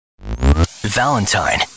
Valentine